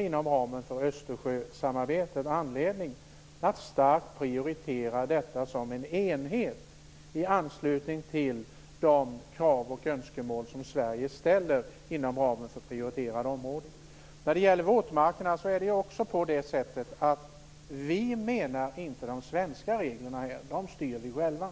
inom ramen för Östersjösamarbetet anledning att starkt prioritera detta som en enhet i anslutning till de krav och önskemål som Sverige hävdar inom ramen för prioriterade områden. När det gäller våtmarkerna syftar vi här inte på de svenska reglerna. Dessa styr vi själva.